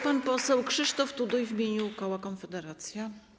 Pan poseł Krzysztof Tuduj w imieniu koła Konfederacja.